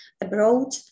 abroad